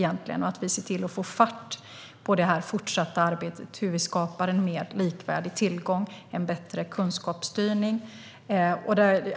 Vi måste se till att få fart på det fortsatta arbetet med hur vi skapar en mer likvärdig tillgång och en bättre kunskapsstyrning.